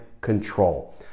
control